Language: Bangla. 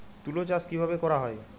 তুলো চাষ কিভাবে করা হয়?